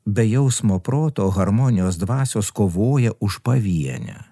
be jausmo proto harmonijos dvasios kovoja už pavienę